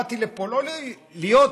באתי לפה להיות יהודי